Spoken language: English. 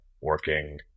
working